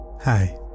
Hi